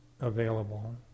available